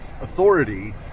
authority